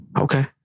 Okay